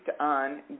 on